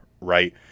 right